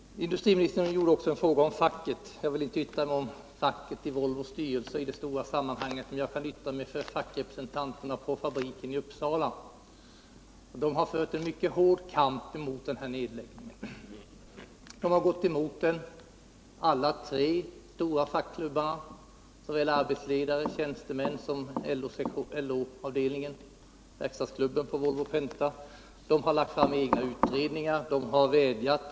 Industriministern ställde en fråga om facket. Jag vill inte yttra mig om fackets representanter i Volvos styrelse i det stora sammanhanget, men jag kan yttra mig om fackrepresentanterna på fabriken i Uppsala. De har fört en mycket hård kamp mot denna nedläggning. Alla de stora fackklubbarna på Volvo Penta — såväl arbetsledare och tjänstemän som medlemmar i verkstadsklubben — har lagt fram egna utredningar, vädjat och gjort uppvaktningar.